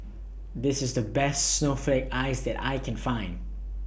This IS The Best Snowflake Ice that I Can Find